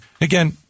Again